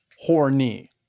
horny